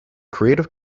creative